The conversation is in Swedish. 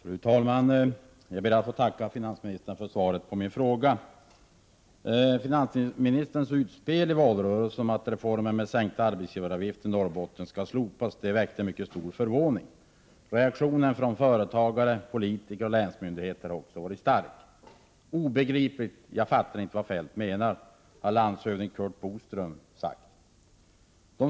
Fru talman! Jag ber att få tacka finansministern för svaret på min fråga. Finansministerns utspel i valrörelsen om att reformen med en sänkning av arbetsgivaravgifterna i Norrbotten skall slopas väckte mycket stor förvåning. Reaktionen från företagare, politiker och länsmyndigheter har också varit stark. — Obegripligt, jag fattar inte vad Feldt menar, har landshövding Curt Boström sagt.